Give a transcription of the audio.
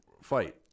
fight